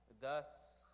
Thus